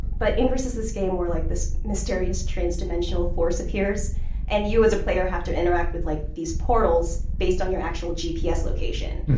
but ingress is this game where like this mysterious trans-dimensional force appears and you as a player have to interact with like these portals based on your actual gps location.